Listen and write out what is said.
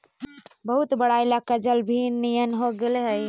बहुत बड़ा इलाका जलविहीन नियन हो गेले हई